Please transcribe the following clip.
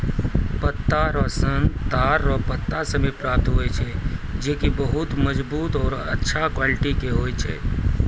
पत्ता रो सन ताड़ रो पत्ता से भी सन प्राप्त हुवै छै